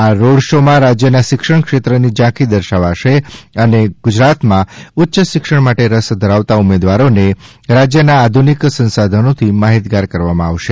આ road show માં રાજ્યના શિક્ષણ ક્ષેત્રની ઝાંખી દર્શાવાશે અને ગુજરાતમાં ઉચ્ચ શિક્ષણ માટે રસ ધરાવતા ઉમેદવારોને રાજ્યના આધુનિક સંસાધનોથી માહિતગાર કરવામાં આવશે